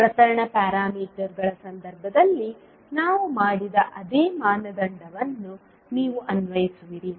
ಪ್ರಸರಣ ಪ್ಯಾರಾಮೀಟರ್ಗಳ ಸಂದರ್ಭದಲ್ಲಿ ನಾವು ಮಾಡಿದ ಅದೇ ಮಾನದಂಡವನ್ನು ನೀವು ಅನ್ವಯಿಸುವಿರಿ